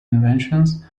inventions